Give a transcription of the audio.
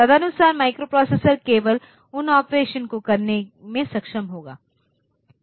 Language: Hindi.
तदनुसार माइक्रोप्रोसेसर केवल उन ऑपरेशन को करने में सक्षम होगा